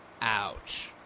ouch